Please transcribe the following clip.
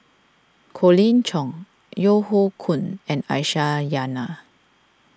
Colin Cheong Yeo Hoe Koon and Aisyah Lyana